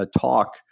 talk